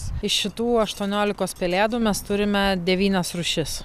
iš šitų aštuoniolikos pelėdų mes turime devynias rūšis